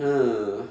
uh